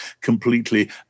completely